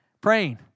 praying